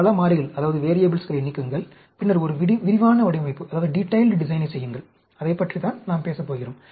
பல மாறிகளை நீக்குங்கள் பின்னர் ஒரு விரிவான வடிவமைப்பைச் செய்யுங்கள் அதைப்பற்றித்தான் நாம் பேசப்போகிறோம்